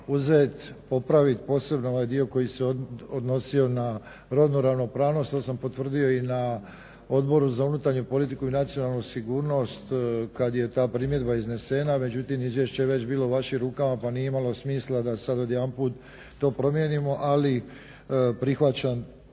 uzet, popravit, posebno onaj dio koji se odnosio na rodnu ravnopravnost. To sam potvrdio i na Odboru za unutarnju politiku i nacionalnu sigurnost kad je ta primjedba iznesena, međutim izvješće je već bilo u vašim rukama pa nije imalo smisla da sad odjedanput to promijenimo, ali prihvaćam